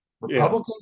republican